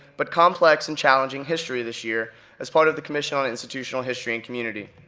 but complex and challenging, history this year as part of the commission on institutional history and community.